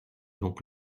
donc